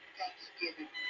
Thanksgiving